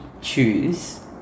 choose